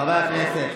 חברי הכנסת,